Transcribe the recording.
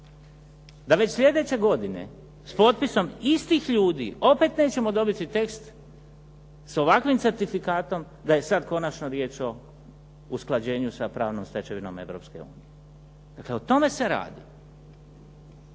da već sljedeće godine s potpisom istih ljudi opet nećemo dobiti tekst s ovakvim certifikatom, da je sada konačno riječ o usklađenju sa pravnom stečevinom Europske unije. Dakle, o tome se radi.